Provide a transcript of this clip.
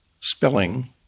spelling